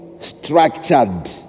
structured